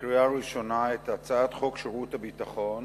בקריאה ראשונה את הצעת חוק שירות ביטחון